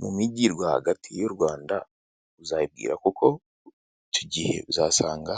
Mu mijyi rwagati y'u rwanda uzabibwira kuko tugiye uzasanga